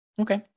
okay